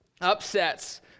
upsets